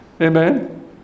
amen